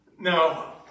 Now